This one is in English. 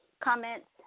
comments